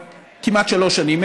כמעט שלוש שנים,